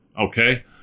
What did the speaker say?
Okay